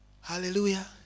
Hallelujah